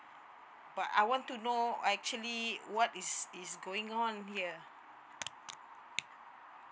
but I want to know actually what is is going on here